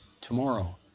tomorrow